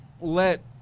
let